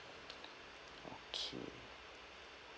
okay